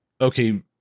Okay